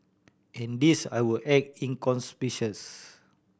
and these I will act inconspicuous